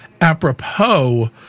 apropos